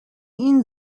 ihn